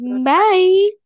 Bye